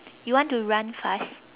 you want to run fast